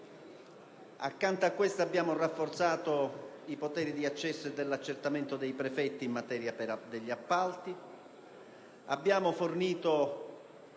Inoltre, abbiamo rafforzato i poteri di accesso e di accertamento dei prefetti in materia di appalti;